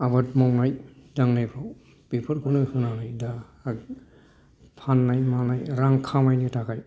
आबाद मावनाय दांनायखौ बेफोरखौनो होनानै दा फाननाय मानाय रां खामायनो थाखाय